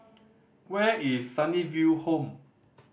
where is Sunnyville Home